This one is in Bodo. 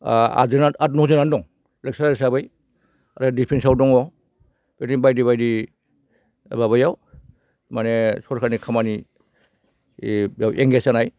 आद नयजनानो दं लेक्सारार हिसाबै आरो डिफेन्सआव दङ बिदिनो बायदि बायदि माबायाव माने सोरखारनि खामानि बेयाव एंगेज जानाय